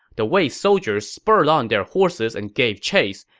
the wei soldiers spurred on their horses and gave chase,